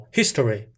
History